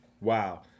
Wow